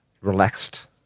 relaxed